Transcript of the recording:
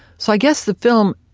so i guess the film,